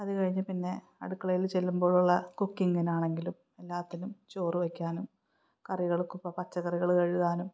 അത് കഴിഞ്ഞ് പിന്നെ അടുക്കളയില് ചെല്ലുമ്പോഴുള്ള കുക്കിങ്ങിനാണെങ്കിലും എല്ലാത്തിനും ചോറ് വെയ്ക്കാനും കറികള്ക്കും ഇപ്പം പച്ചക്കറികള് കഴുകാനും